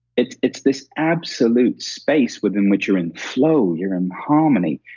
it's it's this absolute space within which you're in flow, you're in harmony.